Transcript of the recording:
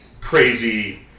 crazy